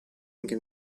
anche